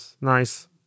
nice